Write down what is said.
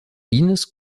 ines